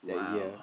!wow!